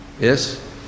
yes